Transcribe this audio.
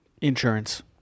Insurance